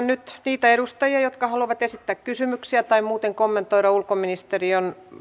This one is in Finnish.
nyt niitä edustajia jotka haluavat esittää kysymyksiä tai muuten kommentoida ulkoministeriön